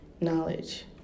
knowledge